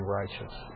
righteous